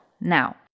Now